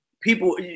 people